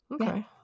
Okay